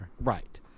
right